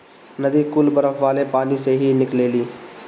नदी कुल बरफ वाले पानी से ही निकलेली